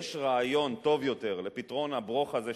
יש רעיון טוב יותר לפתרון ה"ברוך" הזה,